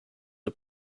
are